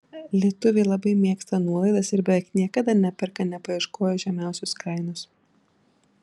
lietuviai labai mėgsta nuolaidas ir beveik niekada neperka nepaieškoję žemiausios kainos